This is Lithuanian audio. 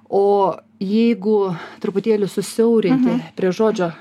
o jeigu truputėlį susiaurinti prie žodžio